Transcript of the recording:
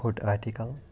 foot article